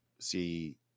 see